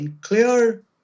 clear